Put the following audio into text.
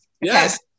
Yes